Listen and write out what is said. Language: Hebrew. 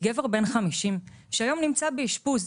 גבר בן 50 שהיום נמצא באשפוז,